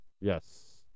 Yes